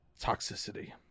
toxicity